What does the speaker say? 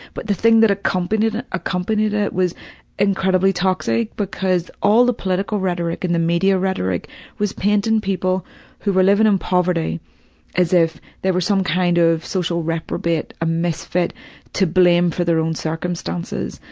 but the thing that accompanied it, accompanied it, was incredibly toxic, because all the political rhetoric and the media rhetoric was painting people who were living in poverty as if they were some kind of social reprobate misfit to blame for their own circumstances.